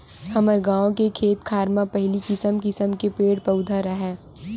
हमर गाँव के खेत खार म पहिली किसम किसम के पेड़ पउधा राहय